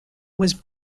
was